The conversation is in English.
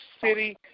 City